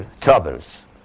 troubles